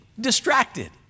distracted